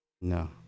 no